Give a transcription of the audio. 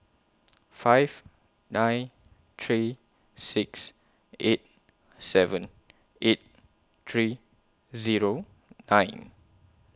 five nine three six eight seven eight three Zero nine